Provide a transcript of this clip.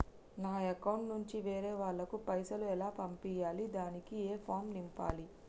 నా అకౌంట్ నుంచి వేరే వాళ్ళకు పైసలు ఎలా పంపియ్యాలి దానికి ఏ ఫామ్ నింపాలి?